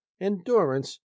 endurance